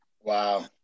Wow